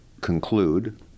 conclude